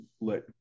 let